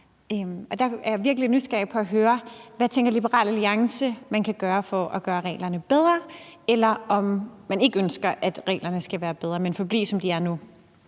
Der er jeg virkelig nysgerrig efter at høre, hvad Liberal Alliance tænker at man kan gøre for at gøre reglerne bedre, eller om man ikke ønsker, at reglerne skal være bedre, men forblive, som de er nu.